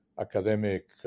academic